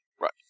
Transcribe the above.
Right